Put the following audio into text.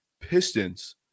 Pistons